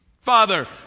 Father